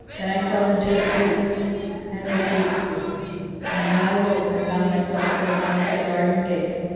then i fell into a sleep and a deep sleep and when i awoke, i found myself thrown down at the garden gate